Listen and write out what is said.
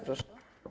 Proszę.